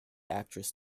actress